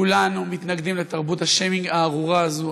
כולנו מתנגדים לתרבות השיימינג הארורה הזאת,